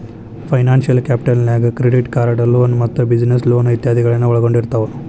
financial capital ನ್ಯಾಗ್ credit card loan ಮತ್ತ business loan ಇತಾದಿಗಳನ್ನ ಒಳ್ಗೊಂಡಿರ್ತಾವ